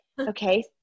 Okay